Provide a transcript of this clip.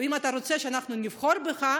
ואם אתה רוצה שאנחנו נבחר בך,